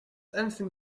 anything